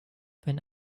wenn